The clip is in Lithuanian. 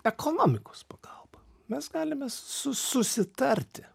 ekonomikos pagalba mes galime su susitarti